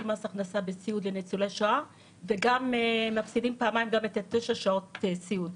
מס הכנסה בסיעוד לניצולי שואה וגם תשע שעות סיעוד.